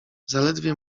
zaledwie